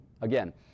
Again